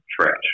trash